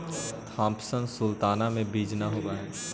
Thompson sultana में बीज न होवऽ हई